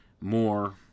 more